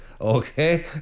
okay